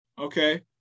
okay